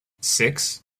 six